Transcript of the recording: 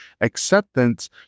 acceptance